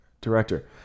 Director